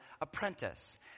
apprentice